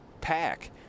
pack